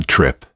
Trip